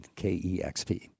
KEXP